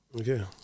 Okay